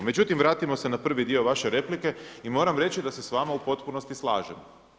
Međutim, vratimo se na prvi dio vaše replike i moram reći da se s vama u potpunosti slažem.